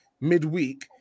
midweek